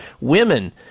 Women